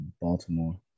Baltimore